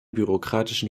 bürokratischen